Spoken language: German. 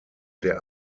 der